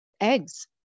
eggs